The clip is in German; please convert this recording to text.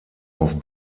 auf